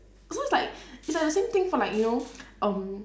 so it's like it's like the same thing for like you know um